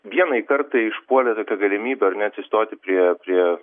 vienai kartai išpuolė tokia galimybė ar ne atsistoti prie prie